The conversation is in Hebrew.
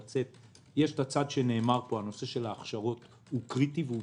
יש הצד שנאמר פה הנושא של ההכשרות הוא קריטי והוא